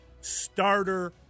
starter